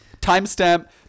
Timestamp